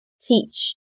teach